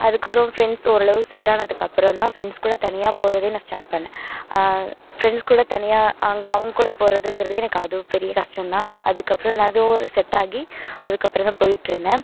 அதுக்கப்புறம் ஃப்ரெண்ட்ஸ் ஓரளவு செட் ஆனதுக்கு அப்புறம் தான் ஃப்ரெண்ட்ஸ் கூட தனியாக போகிறதே நான் ஸ்டார்ட் பண்ணேன் ஃப்ரெண்ட்ஸ் கூட தனியாக அங்கே அவங்க கூட போகிறதுங்கிறதே எனக்கு அது பெரிய கஷ்டம் தான் அதுக்கப்புறம் எதாவது ஒரு செட் ஆகி அதுக்கப்புறம் தான் போயிட்டு இருந்தேன்